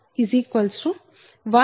165 p